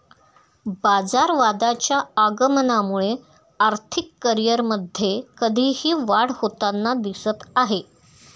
बाजारवादाच्या आगमनामुळे आर्थिक करिअरमध्ये कधीही वाढ होताना दिसत आहे